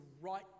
right